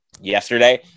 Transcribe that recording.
yesterday